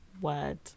word